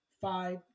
five